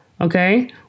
okay